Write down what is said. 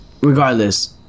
regardless